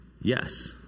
Yes